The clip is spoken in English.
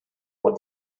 what